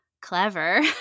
clever